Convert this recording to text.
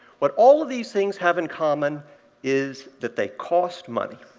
what all of these things have in common is that they cost money.